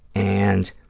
and